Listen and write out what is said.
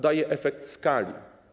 Daje efekt skali.